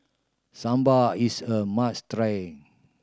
sambar is a must try